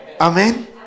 Amen